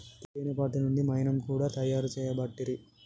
తేనే పట్టు నుండి మైనం కూడా తయారు చేయబట్టిరి